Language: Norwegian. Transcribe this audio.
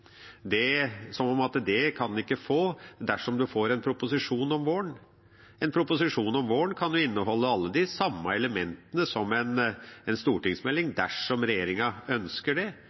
– som om en ikke kan få det dersom en får en proposisjon om våren. En proposisjon om våren kan jo inneholde alle de samme elementene som en stortingsmelding dersom regjeringa ønsker det,